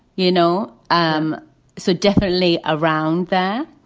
you know? um so definitely around there,